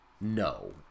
No